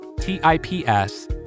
T-I-P-S